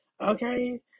okay